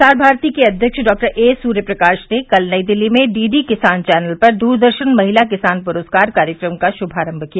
प्रसार भारती के अध्यक्ष डॉ एसूर्यप्रकाश ने कल नई दिल्ली में डीडी किसान चैनल पर द्रदर्शन महिला किसान प्रस्कार कार्यक्रम का श्मारंभ किया